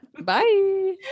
Bye